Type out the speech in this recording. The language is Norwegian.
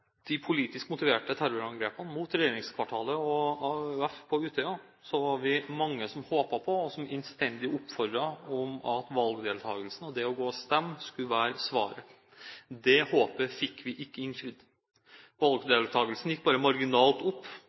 de politisk motiverte terrorangrepene mot regjeringskvartalet og mot AUF på Utøya var vi mange som håpet på, og som innstendig oppfordret til at valgdeltakelse og det å gå og stemme skulle være svaret. Det håpet fikk vi ikke innfridd. Valgdeltakelsen gikk bare marginalt opp.